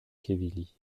quevilly